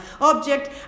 object